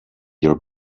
your